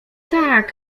tak